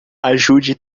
ajude